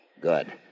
Good